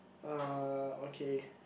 uh okay